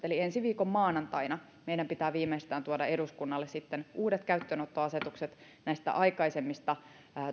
eli viimeistään ensi viikon maanantaina meidän pitää tuoda eduskunnalle sitten uudet käyttöönottoasetukset näistä aikaisemmista